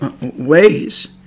ways